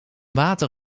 water